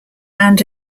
around